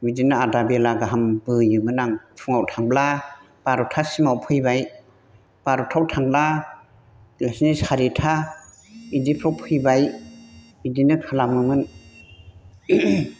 बिदिनो आदा बेला गाहाम बोयोमोन आं फुङाव थांब्ला बार'थासिमाव फैबाय बार'थायाव थांब्ला नैसिनि सारिथा बिदिफ्राव फैबाय बिदिनो खालामोमोन